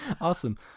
Awesome